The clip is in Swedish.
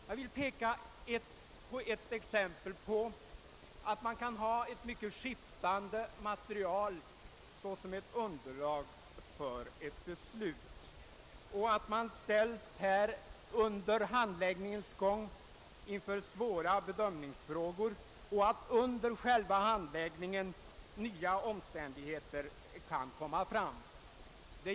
Jag vill här anföra ett exempel som visar att det material som skall bilda underlag för ett beslut kan vara mycket skiftande, att man under handläggningen av ett ärende kan ställas inför svåra bedömningsfrågor samt att nya omständigheter kan komma fram under själva handläggningen.